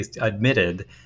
admitted